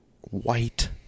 White